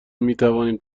میتوانیم